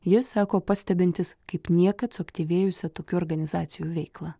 jis sako pastebintis kaip niekad suaktyvėjusią tokių organizacijų veiklą